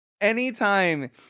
anytime